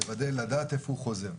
ולדעת לאן הוא חוזר.